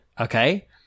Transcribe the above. Okay